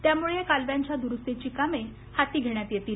त्यामुळे या कालव्यांच्या दुरुस्तीची कामे हाती घेण्यात येतील